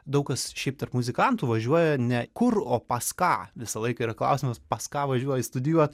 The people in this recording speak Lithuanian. daug kas šiaip tarp muzikantų važiuoja ne kur o pas ką visą laiką yra klausimas pas ką važiuoji studijuot